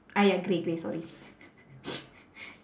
ah ya grey grey sorry